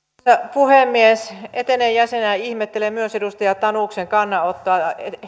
puhemies etenen jäsenenä ihmettelen myös edustaja tanuksen kannanottoa